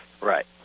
Right